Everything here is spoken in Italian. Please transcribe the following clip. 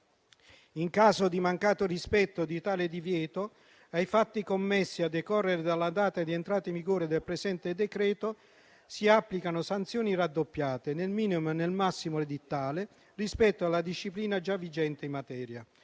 In caso di mancato rispetto di tale divieto, ai fatti commessi a decorrere dalla data di entrata in vigore del presente decreto si applicano sanzioni raddoppiate nel minimo e nel massimo edittale rispetto alla disciplina già vigente in materia.